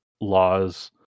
laws